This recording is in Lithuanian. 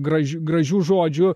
graž gražių žodžių